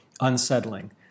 unsettling